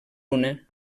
una